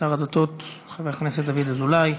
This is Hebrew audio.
שר הדתות חבר הכנסת דוד אזולאי.